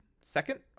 second